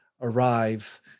arrive